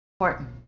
important